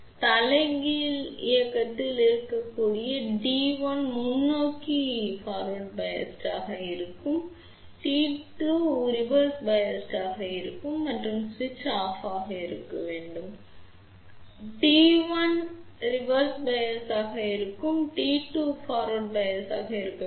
எனவே சுவிட்ச் இயக்கத்தில் இருக்க டி 1 முன்னோக்கி சார்புடையதாக இருக்க வேண்டும் டி 2 தலைகீழ் சார்புடையதாக இருக்க வேண்டும் மற்றும் சுவிட்ச் ஆஃப் ஆக இருக்க வேண்டும் டி 1 தலைகீழ் சார்புடையதாக இருக்க வேண்டும் டி 2 முன்னோக்கி சார்புடையதாக இருக்க வேண்டும்